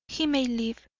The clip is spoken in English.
he may live.